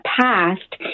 past